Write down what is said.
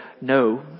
no